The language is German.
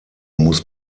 muss